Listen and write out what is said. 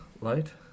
light